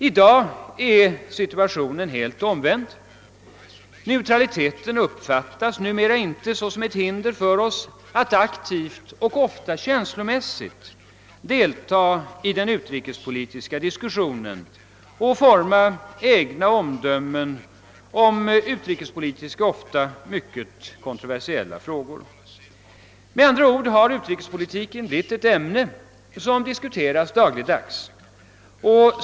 I dag är situationen helt omvänd. Neutraliteten uppfattas nu inte som ett hinder för oss att aktivt och ofta känslomässigt deltaga i den utrikespolitiska diskussionen och forma egna omdömen om utrikespolitiska ofta mycket kontroversiella frågor. Med andra ord har utrikespolitiken blivit ett ämne som diskuteras dagligdags.